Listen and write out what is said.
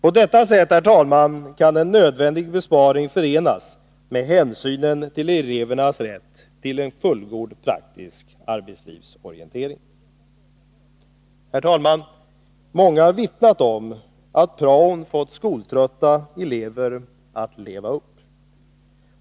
På detta sätt, herr talman, kan en nödvändig besparing förenas med hänsynen till elevernas rätt till en fullgod praktisk arbetslivsorientering. Herr talman! Många har vittnat om att praon fått skoltrötta elever att leva upp.